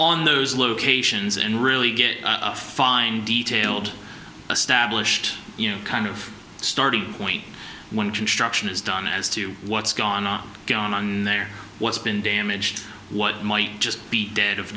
on those locations and really get a fine detailed stablished you know kind of starting point when construction is done as to what's gone on going on there what's been damaged what might just be dead of